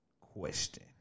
question